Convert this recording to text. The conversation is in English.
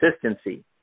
consistency